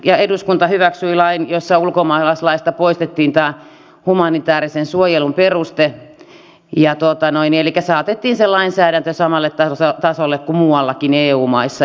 nythän eduskunta hyväksyi lain jossa ulkomaalaislaista poistettiin tämä humanitäärisen suojelun peruste elikkä saatettiin se lainsäädäntö samalle tasolle kuin muuallakin eu maissa